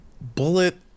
bullet